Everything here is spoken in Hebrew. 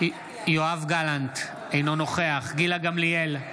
יואב גלנט, אינו נוכח גילה גמליאל,